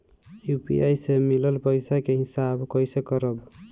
UPI से मिलल पईसा के हिसाब कइसे करब?